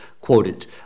quoted